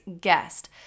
guest